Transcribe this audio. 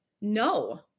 No